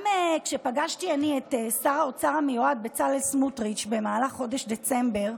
פגשתי את שר האוצר המיועד בצלאל סמוטריץ' במהלך חודש דצמבר.